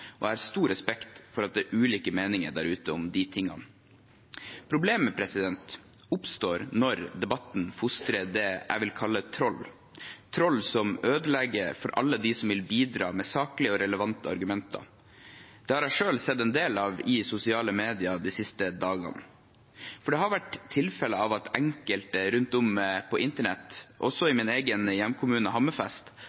og jeg har stor respekt for at det er ulike meninger der ute om de tingene. Problemet oppstår når debatten fostrer det jeg vil kalle troll, troll som ødelegger for alle dem som vil bidra med saklige og relevante argumenter. Det har jeg selv sett en del av i sosiale medier de siste dagene. Det har vært tilfeller av at enkelte rundt om på internett, også